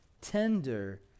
tender